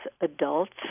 adults